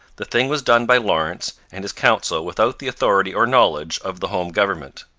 the thing was done by lawrence and his council without the authority or knowledge of the home government.